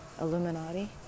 Illuminati